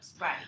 Right